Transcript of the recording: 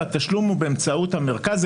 והתשלום הוא באמצעות המרכז.